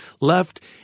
left